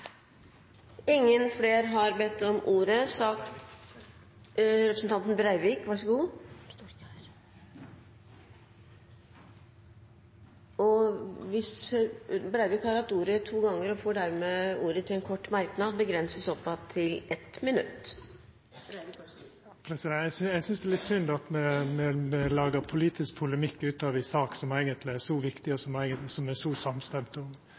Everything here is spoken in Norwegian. Representanten Terje Breivik har hatt ordet to ganger tidligere og får ordet til en kort merknad, begrenset til 1 minutt. Eg synest det er litt synd at me lagar politisk polemikk ut av ei sak som eigentleg er så viktig, og som me er så samde om